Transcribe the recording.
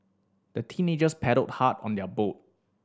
the teenagers paddled hard on their boat